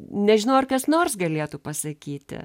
nežinau ar kas nors galėtų pasakyti